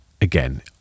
again